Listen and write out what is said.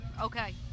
Okay